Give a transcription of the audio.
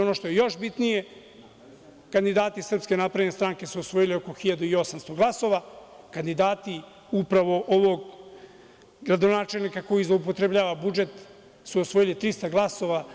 Ono što je još bitnije, kandidati SNS su osvojili oko 1.800 glasova, a kandidati upravo ovog gradonačelnika koji zloupotrebljava budžet su osvojili 300 glasova.